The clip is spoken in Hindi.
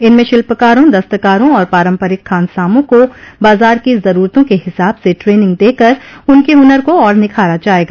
इनमें शिल्पकारों दस्तकारों और पारम्परिक खानसामों को बाजार की जरूरतों के हिसाब से ट्रेनिंग देकर उनके हुनर को और निखारा जायेगा